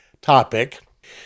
topic